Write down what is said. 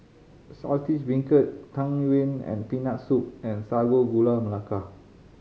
Saltish Beancurd Tang Yuen and Peanut Soup and Sago Gula Melaka